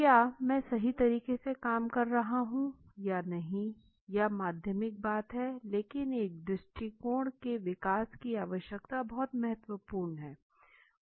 क्या मैं सही तरीके से काम कर रहा हूँ या नहीं यह माध्यमिक बात है लेकिन एक दृष्टिकोण के विकास की आवश्यकता बहुत महत्त्वपूर्ण है